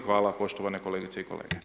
Hvala poštovane kolegice i kolege.